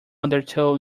undertow